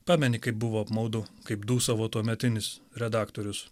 pameni kaip buvo apmaudu kaip dūsavo tuometinis redaktorius